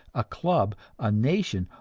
a club, a nation,